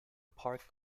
park